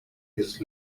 his